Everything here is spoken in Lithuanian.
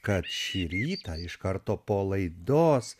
kad šį rytą iš karto po laidos